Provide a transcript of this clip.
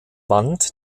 wand